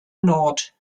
nord